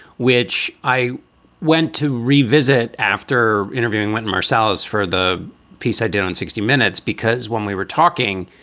which i went to revisit after interviewing wynton marsalis for the piece i did on sixty minutes. because when we were talking,